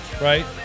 right